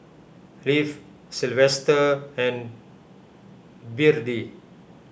Leif Silvester and Byrdie